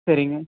சரிங்க